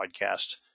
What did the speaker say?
podcast